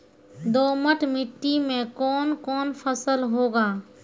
दोमट मिट्टी मे कौन कौन फसल होगा?